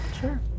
Sure